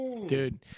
Dude